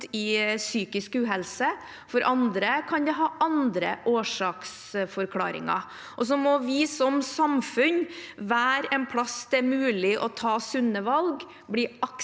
i psykisk uhelse. For andre kan det være andre årsaksforklaringer. Så må vi som samfunn være en plass det er mulig å ta sunne valg, bli akseptert